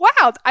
wow